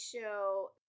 show